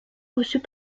reçues